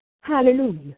Hallelujah